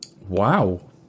Wow